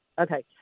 Okay